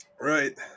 Right